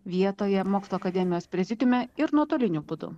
vietoje mokslo akademijos prezidiume ir nuotoliniu būdu